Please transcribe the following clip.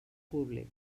públic